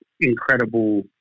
incredible